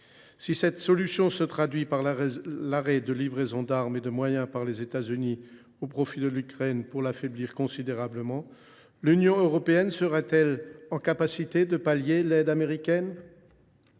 Si cette solution se traduisait par l’arrêt de livraisons d’armes et de moyens par les États Unis au profit de l’Ukraine, pour l’affaiblir considérablement, l’Union européenne serait elle en mesure de pallier la fin de l’aide américaine ?